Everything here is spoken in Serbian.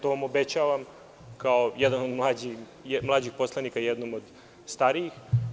To vam obećavam kao jedan od mlađih poslanika jednom od starijih.